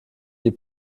die